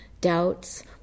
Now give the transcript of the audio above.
doubts